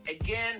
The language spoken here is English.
again